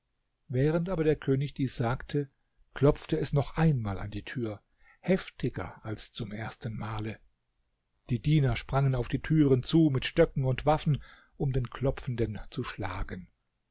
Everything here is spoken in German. während aber der könig dies sagte klopfte es noch einmal an die tür heftiger als zum ersten male die diener sprangen auf die türen zu mit stöcken und waffen um den klopfenden zu schlagen